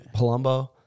Palumbo